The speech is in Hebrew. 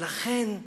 ולכן גם,